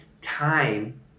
time